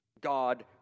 God